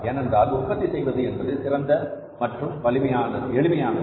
ஏனென்றால் உற்பத்தி செய்வது என்பது சிறந்தது மற்றும் எளிமையானது